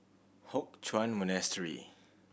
Hock Chuan Monastery